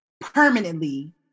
permanently